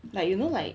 like you know like